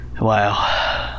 Wow